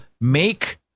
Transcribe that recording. make